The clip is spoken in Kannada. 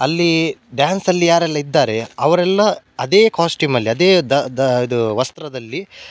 ಅಲ್ಲಿ ಡ್ಯಾನ್ಸಲ್ಲಿ ಯಾರೆಲ್ಲ ಇದ್ದಾರೆ ಅವರೆಲ್ಲ ಅದೇ ಕಾಸ್ಟ್ಯೂಮಲ್ಲಿ ಅದೇ ಇದೂ ವಸ್ತ್ರದಲ್ಲಿ